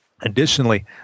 Additionally